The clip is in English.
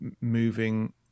moving